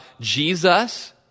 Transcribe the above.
Jesus